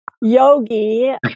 yogi